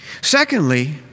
Secondly